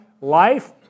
life